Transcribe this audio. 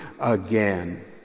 again